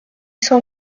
cent